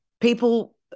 people